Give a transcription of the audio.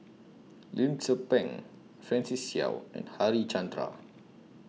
Lim Tze Peng Francis Seow and Harichandra